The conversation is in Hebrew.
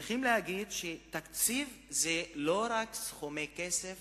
צריכים להגיד שתקציב זה לא רק סכומי כסף